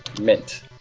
Mint